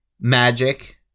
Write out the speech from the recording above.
Magic